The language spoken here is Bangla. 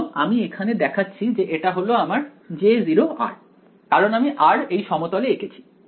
এবং আমি এখানে দেখাচ্ছি যে এটা হল আমার J0 কারণ আমি r এই সমতলে এঁকেছি